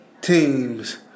Teams